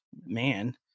man